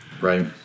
right